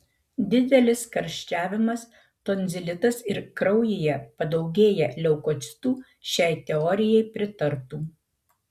didelis karščiavimas tonzilitas ir kraujyje padaugėję leukocitų šiai teorijai pritartų